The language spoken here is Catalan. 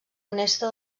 honesta